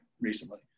recently